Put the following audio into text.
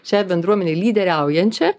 šiai bendruomenei lyderiaujančią